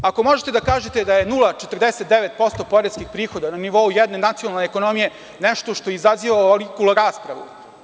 Ako možete da kažete da je 0,49% poreskih prihoda na nivou jedne nacionalne ekonomije nešto što izaziva ovoliku raspravu?